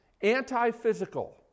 anti-physical